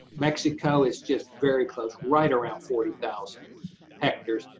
mexico is just very close, right around forty thousand hectares.